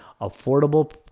affordable